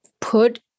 put